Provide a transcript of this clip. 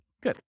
good